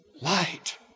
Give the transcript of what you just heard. Light